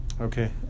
Okay